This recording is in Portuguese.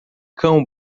cão